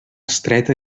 estreta